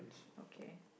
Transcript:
okay